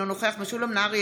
אינו נוכח משולם נהרי,